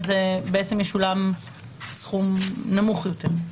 בעצם ישולם סכום נמוך יותר.